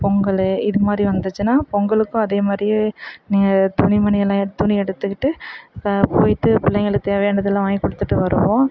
பொங்கல் இது மாதிரி வந்துச்சின்னால் பொங்கலுக்கும் அதே மாதிரியே துணிமணியெல்லாம் எடு துணி எடுத்துக்கிட்டு போயிட்டு பிள்ளைங்களுக்குக் தேவையானதெல்லாம் வாங்கிக்கொடுத்துட்டு வருவோம்